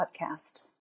podcast